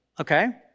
okay